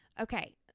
Okay